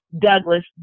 Douglas